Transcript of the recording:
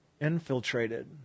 infiltrated